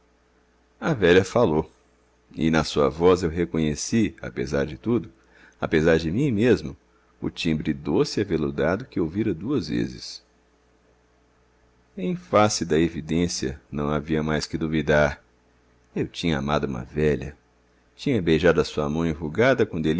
a velha falou e na sua voz eu reconheci apesar de tudo apesar de mim mesmo o timbre doce e aveludado que ouvira duas vezes em face da evidência não havia mais que duvidar eu tinha amado uma velha tinha beijado a sua mão enrugada